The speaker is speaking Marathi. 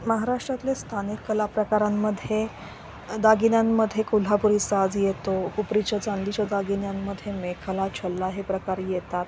महाराष्ट्रातले स्थानिक कलाप्रकारांमध्ये दागिन्यांमध्ये कोल्हापुरी साज येतो उपरीच्या चांदीच्या दागिन्यांमधे मेखाला छल्ला हे प्रकारे येतात